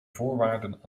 voorwaarden